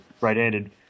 right-handed